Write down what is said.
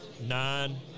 nine